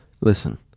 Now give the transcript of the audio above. listen